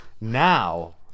Now